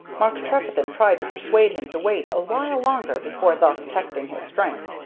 mark trefethen tried to persuade him to wait a while longer before thus testing his strength,